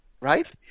Right